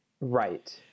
Right